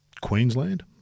Queensland